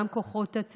יש גם את כוחות הצבא,